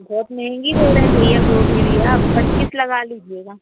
बहुत महंगी दे रहे हैं भैया गोभी भी आप पच्चीस लगा लीजिएगा